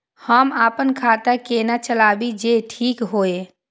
हम अपन खाता केना चलाबी जे ठीक होय?